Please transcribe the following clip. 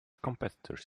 competitors